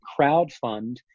crowdfund